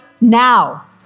now